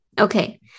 Okay